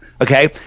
Okay